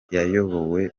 yayobowe